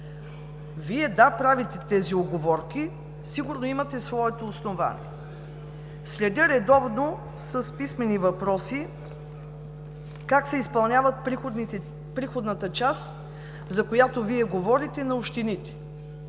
Вие – да, правите тези уговорки, сигурно имате своето основание. Следя редовно с писмени въпроси как се изпълнява приходната част на общините, за която Вие говорите. Има общини,